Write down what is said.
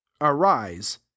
arise